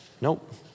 Nope